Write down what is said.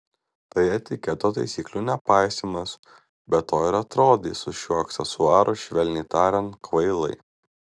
tai etiketo taisyklių nepaisymas be to ir atrodai su šiuo aksesuaru švelniai tariant kvailai